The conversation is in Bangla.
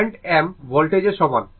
এই কারেন্ট m ভোল্টেজের সমান